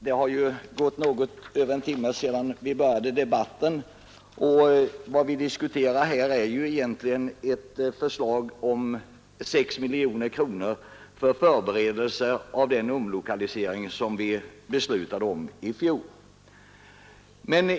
Herr talman! Något över en timme har gått sedan vi började debatten. Vad vi diskuterar här är egentligen ett förslag om 6 miljoner kronor till förberedelse av den omlokalisering vi beslutade i fjol.